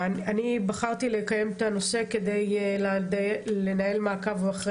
בחרתי לקיים דיון בנושא כדי לנהל מעקב אחר